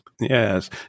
Yes